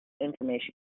information